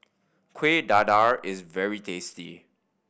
Kuih Dadar is very tasty